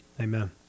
Amen